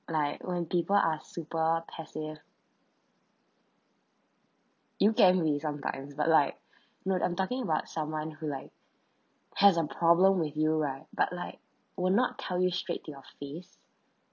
like when people are super passive you can be sometimes but like no I'm talking about someone who like has a problem with you right but like will not tell you straight to your face